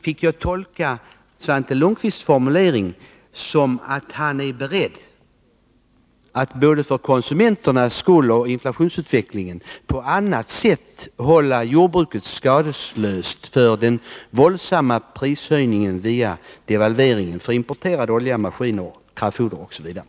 Får jag tolka Svante Lundkvists formulering så att han — både för konsumenternas skull och med tanke på inflationsutvecklingen — är beredd att hålla jordbruket skadeslöst för den våldsamma prishöjningen via devalveringen för importerad olja, maskiner, kraftfoder osv.?